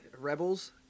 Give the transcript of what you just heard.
Rebels